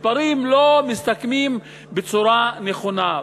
המספרים לא מסתכמים בצורה נכונה.